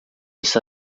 está